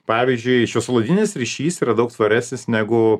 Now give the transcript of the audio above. pavyzdžiui šviesolaidinis ryšys yra daug svaresnis negu